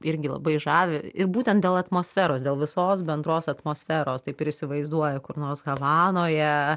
irgi labai žavi ir būtent dėl atmosferos dėl visos bendros atmosferos taip ir įsivaizduoju kur nors havanoje